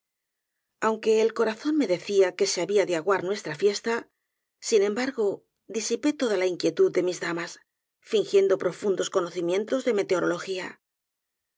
aunque el corazón me decia que se habia de aguar nuestra fiesta sin embargo disipé toda la inquietud de mis damas fingiendo profundos conocimientos en meteorología